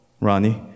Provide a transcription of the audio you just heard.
Ronnie